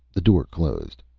the door closed.